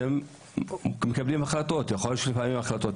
יכול להיות שהם מקבלים החלטות נכונות,